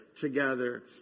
together